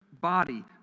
body